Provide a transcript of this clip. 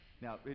Now